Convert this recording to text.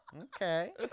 Okay